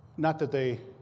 not that they